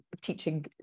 teaching